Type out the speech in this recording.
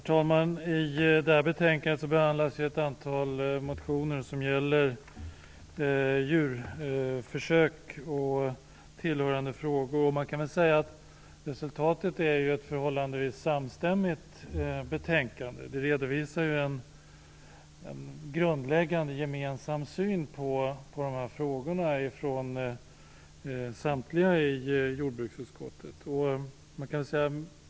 Herr talman! I detta betänkande behandlas ett antal motioner som gäller djurförsök och tillhörande frågor. Man kan säga att resultatet är ett förhållandevis samstämt betänkande. Det redovisar en grundläggande gemensam syn på dessa frågor från samtliga i jordbruksutskottet.